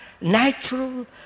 natural